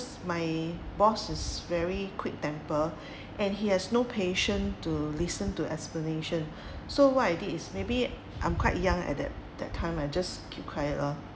my boss is very quick temper and he has no patience to listen to explanation so what I did is maybe I'm quite young at that that time I just keep quiet loh